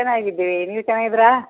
ಚೆನ್ನಾಗಿದ್ದೀವಿ ನೀವು ಚೆನ್ನಾಗಿದೀರಾ